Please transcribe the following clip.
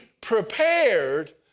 prepared